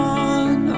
on